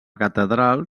catedral